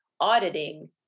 auditing